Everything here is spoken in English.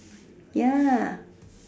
ya